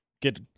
get